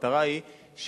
המטרה היא שההורים,